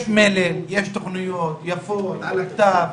יש מלל, יש תוכניות יפות על הכתב.